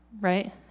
right